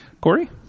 Corey